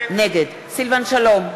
נגד סילבן שלום,